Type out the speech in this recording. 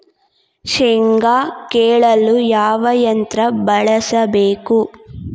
ಶೇಂಗಾ ಕೇಳಲು ಯಾವ ಯಂತ್ರ ಬಳಸಬೇಕು?